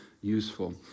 useful